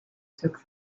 took